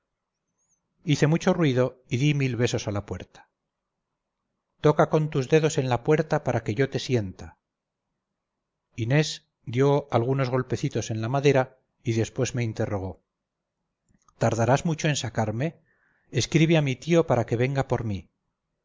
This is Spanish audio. hice mucho ruido y di mil besos a la puerta toca con tus dedos en la puerta para que yo te sienta inés dio algunos golpecitos en la madera y después me interrogó tardarás mucho en sacarme escribe a mi tío para que venga por mí